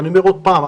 אני אומר שוב,